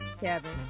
Kevin